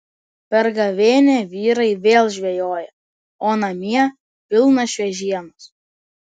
per gavėnią vyrai vėl žvejoja o namie pilna šviežienos